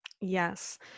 Yes